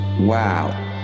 Wow